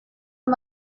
uma